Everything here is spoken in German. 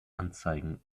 anzeigen